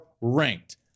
ranked